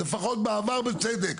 לפחות בעבר בצדק,